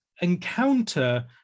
encounter